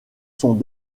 sont